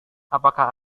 apakah